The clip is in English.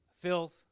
filth